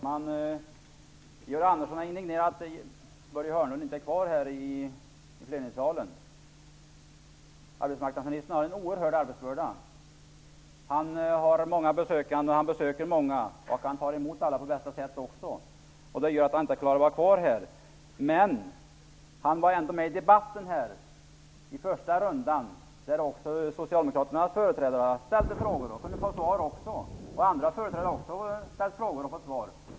Herr talman! Georg Andersson är indignerad över att Börje Hörnlund inte är kvar i plenisalen. Arbetsmarknadsministern har en oerhört stor arbetsbörda. Han har många besökare, och han besöker många. Han tar emot alla på bästa sätt. Därför kunde han inte vara kvar här. Arbetsmarknadsministern var ändå med i debatten i den första rundan, där bl.a. Socialdemokraternas företrädare ställde frågor och fick svar.